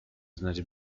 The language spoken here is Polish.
znać